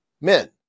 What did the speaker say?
men